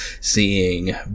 seeing